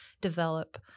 develop